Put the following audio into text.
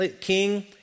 king